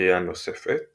לקריאה נוספת